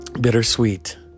Bittersweet